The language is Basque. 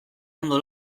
ondo